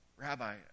Rabbi